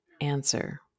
answer